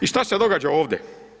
I šta se događa ovdje?